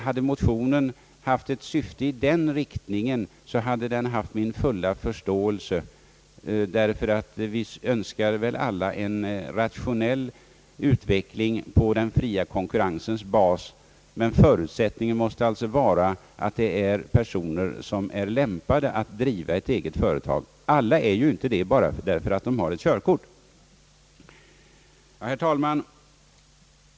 Hade motionen haft ett syfte i den riktningen hade den haft min fulla förståelse, Visst önskar väl alla en rationell utveckling på den fria konkurrensens bas, men förutsättningen måste vara att tillstånd ges till personer som är lämpade att driva ett eget företag. Alla är det inte bara för att de har ett körkort. Herr talman!